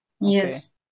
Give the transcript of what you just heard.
Yes